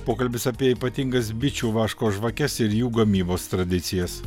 pokalbis apie ypatingas bičių vaško žvakes ir jų gamybos tradicijas